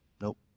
Nope